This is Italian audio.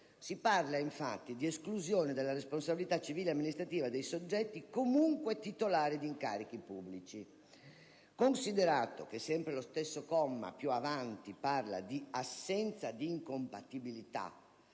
Si parla, infatti, di esclusione della responsabilità civile e amministrativa dei soggetti comunque titolari di incarichi pubblici. Considerato che sempre lo stesso comma più avanti parla di assenza di incompatibilità